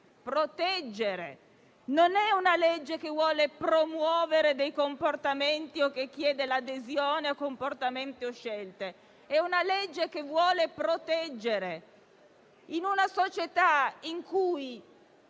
di legge che vuole promuovere dei comportamenti o che chiede l'adesione a comportamenti o scelte. È un disegno di legge che vuole proteggere in una società in cui